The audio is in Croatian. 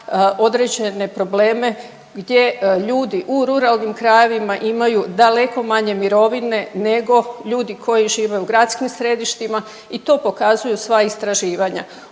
određene probleme gdje ljudi u ruralnim krajevima imaju daleko manje mirovine nego ljudi koji žive u gradskim središtima i to pokazuju sva istraživanja.